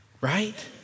right